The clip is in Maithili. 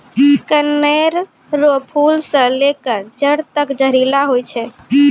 कनेर रो फूल से लेकर जड़ तक जहरीला होय छै